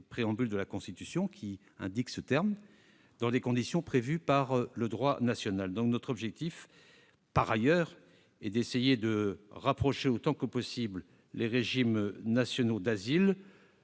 préambule de la Constitution de 1946, dans les conditions prévues par le droit national. Notre objectif, par ailleurs, est d'essayer de rapprocher autant que possible les régimes nationaux d'asile,